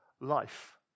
life